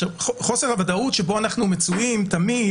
חוסר הוודאות שבו אנחנו מצויים תמיד,